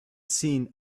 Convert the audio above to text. seen